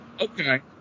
Okay